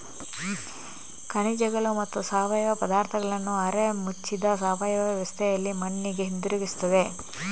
ಖನಿಜಗಳು ಮತ್ತು ಸಾವಯವ ಪದಾರ್ಥಗಳನ್ನು ಅರೆ ಮುಚ್ಚಿದ ಸಾವಯವ ವ್ಯವಸ್ಥೆಯಲ್ಲಿ ಮಣ್ಣಿಗೆ ಹಿಂತಿರುಗಿಸುತ್ತದೆ